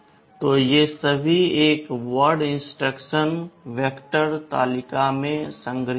तो ये सभी एक वर्ड इंस्ट्रक्शन वेक्टर तालिका में संग्रहीत हैं